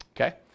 okay